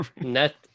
net